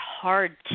hard